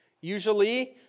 usually